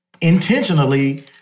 intentionally